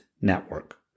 network